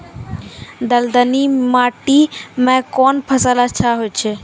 दलदली माटी म कोन फसल अच्छा होय छै?